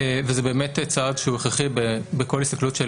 וזה באמת צעד שהוא הכרחי בכל הסתכלות של